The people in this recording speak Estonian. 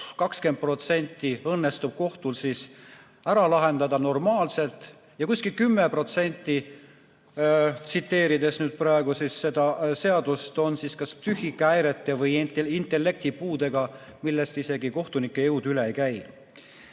20% õnnestub kohtul ära lahendada normaalselt ja kuskil 10%, tsiteerides praegu seda seadust, on [seotud] kas psüühikahäirete või intellektipuudega, millest isegi kohtunike jõud üle ei käi.